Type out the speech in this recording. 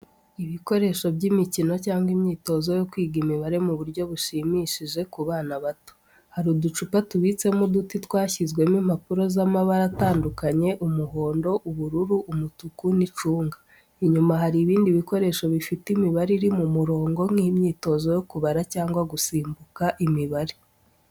Ibikoresho by’imikino cyangwa imyitozo yo kwiga imibare mu buryo bushimishije ku bana bato. Hari uducupa tubitsemo uduti twashyizwemo impapuro z’amabara atandukanye, umuhondo, ubururu, umutuku, n’icunga. Inyuma hari ibindi bikoresho bifite imibare iri mu murongo nk’imyitozo yo kubara cyangwa gusimbuka imibare.